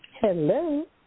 Hello